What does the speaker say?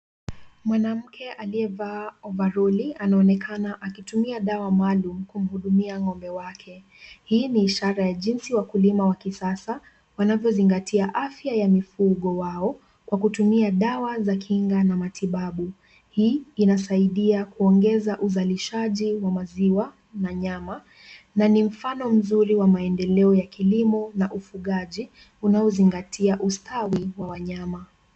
Mwanamke aliyevaa ovaroli anaonekana akitumia dawa maalum kumhudumia ng'ombe wake. Hii ni ishara ya jinsi wakulima wa kisasa wanavyozingatia afya ya mifugo wao, kwa kutumia dawa za kinga na matibabu. Hii inasaidia kuongeza uzalishaji wa maziwa na nyama na ni mfano mzuri wa maendeleo ya kilimo na ufugaji unaozingatia ustawi wa wanyama.